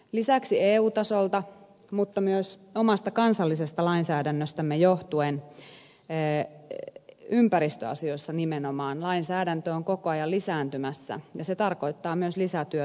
lisäksi eu tason määräyksistä mutta myös omasta kansallisesta lainsäädännöstämme johtuen ympäristöasioissa nimenomaan lainsäädäntö on koko ajan lisääntymässä ja se tarkoittaa myös lisätyötä tuolla alueilla